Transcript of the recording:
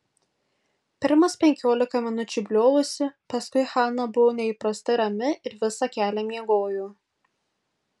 pirmas penkiolika minučių bliovusi paskui hana buvo neįprastai rami ir visą kelią miegojo